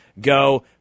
Go